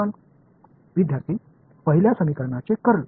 மாணவர் முதல் சமன்பாட்டின் கர்ல்